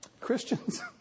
Christians